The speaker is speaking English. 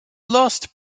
lost